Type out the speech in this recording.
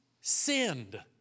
sinned